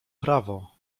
prawo